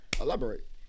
Elaborate